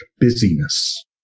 busyness